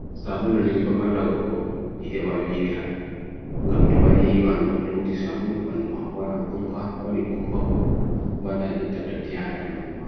Sabulu ni ito valagotto ihebawi iwira Ngam tuwari iwano uto uji Sabulu bannumakwa na kumpa Tuwari kumpa bo valan ita dutiyanir bannumakwa